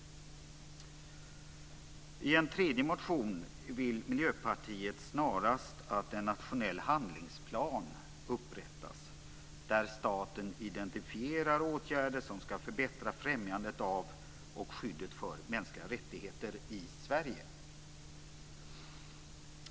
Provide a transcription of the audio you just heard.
I en tredje motion vill Miljöpartiet snarast att en nationell handlingsplan upprättas, där staten identifierar åtgärder som ska förbättra främjandet av och skyddet för mänskliga rättigheter i Sverige.